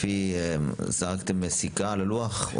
זרקתם סיכה על הלוח?